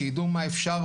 שידעו מה אפשר,